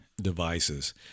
devices